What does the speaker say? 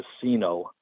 Casino